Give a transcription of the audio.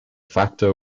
facto